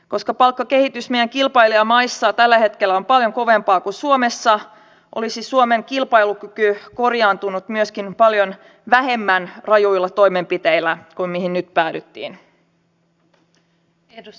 koska palkkakehitys meidän kilpailijamaissamme tällä hetkellä on paljon kovempaa kuin suomessa olisi suomen kilpailukyky korjaantunut myöskin paljon vähemmän rajuilla toimenpiteillä kuin mihin nyt päädyttiin